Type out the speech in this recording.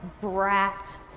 brat